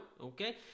Okay